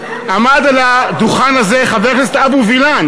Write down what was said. עמד על הדוכן הזה חבר הכנסת אבו וילן